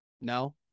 No